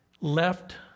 left